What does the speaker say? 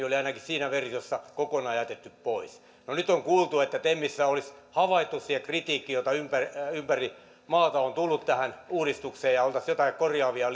oli ainakin siinä versiossa kokonaan jätetty pois no nyt on kuultu että temissä olisi havaittu se kritiikki jota ympäri ympäri maata on tullut tähän uudistukseen ja oltaisiin jotain korjaavia